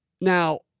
Now